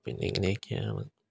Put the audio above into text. പിന്നെ ഇങ്ങനൊക്കെ ആണ്